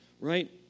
right